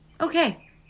Okay